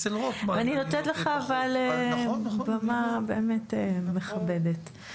אני נותנת לך במה באמת מכבדת.